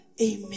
Amen